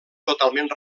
totalment